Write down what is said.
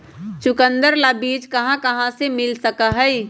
चुकंदर ला बीज कहाँ से मिल सका हई?